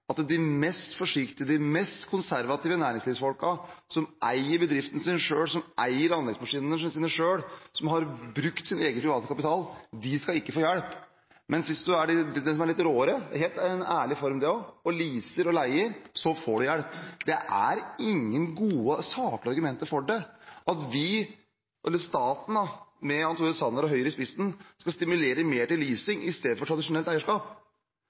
at de mest forsiktige, de mest konservative næringslivsfolkene, som eier bedriften sin selv, som eier anleggsmaskinene sine selv, og som har brukt sin egen private kapital, ikke skal få hjelp. Mens hvis en er litt råere – det er en ærlig form det også – og leaser og leier, så får en hjelp. Det er ingen gode og saklige argumenter for det, at vi, eller staten – med Jan Tore Sanner og Høyre i spissen – skal stimulere mer til leasing enn til tradisjonelt eierskap.